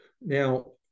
Now